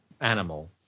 animal